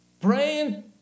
praying